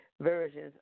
versions